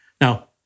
Now